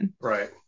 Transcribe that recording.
Right